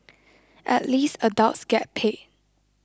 at least adults get paid